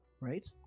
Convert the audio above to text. right